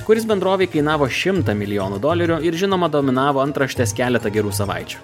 kuris bendrovei kainavo šimtą milijonų dolerių ir žinoma dominavo antraštes keletą gerų savaičių